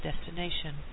destination